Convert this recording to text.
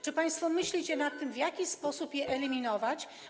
Czy państwo myślicie nad tym, w jaki sposób je eliminować?